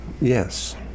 Yes